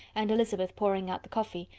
and elizabeth pouring out the coffee,